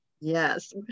Yes